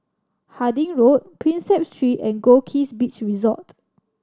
Harding Road Prinsep Street and Goldkist Beach Resort